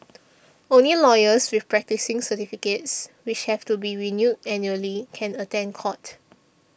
only lawyers with practising certificates which have to be renewed annually can attend court